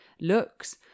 looks